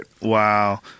Wow